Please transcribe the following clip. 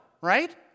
right